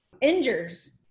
injures